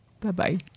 Bye-bye